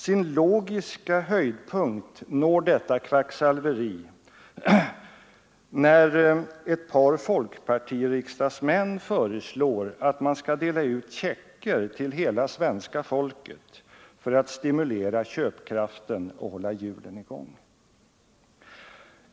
Sin logiska höjdpunkt når detta kvacksalveri i ett par folkpartiriksdagsmäns förslag att man skall dela ut checker till hela svenska folket för att stimulera köpkraften och hålla hjulen i gång.